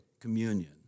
communion